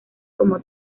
como